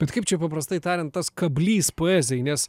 bet kaip čia paprastai tariant tas kablys poezijai nes